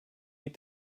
need